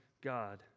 God